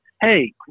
hey